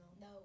No